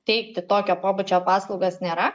teikti tokio pobūdžio paslaugas nėra